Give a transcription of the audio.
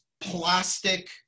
plastic